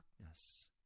darkness